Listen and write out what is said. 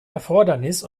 erfordernis